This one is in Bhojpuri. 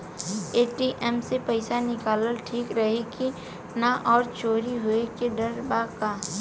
ए.टी.एम से पईसा निकालल ठीक रही की ना और चोरी होये के डर बा का?